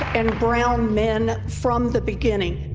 and brown men from the beginning.